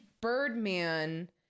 Birdman